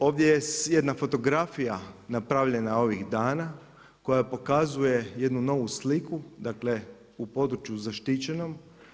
Ovdje je jedna fotografija napravljena ovih dana koja pokazuje jednu novu sliku, dakle u području zaštićenom.